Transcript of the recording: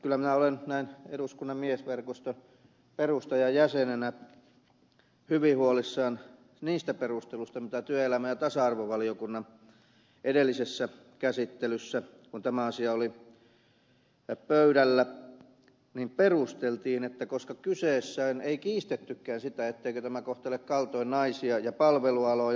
kyllä minä olen näin eduskunnan miesverkoston perustajajäsenenä hyvin huolissani niistä perusteluista mitä työelämä ja tasa arvovaliokunnan edellisessä käsittelyssä kun tämä asia oli pöydällä esitettiin koska ei kiistettykään sitä etteikö tämä kohtele kaltoin naisia ja palvelualoja